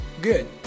good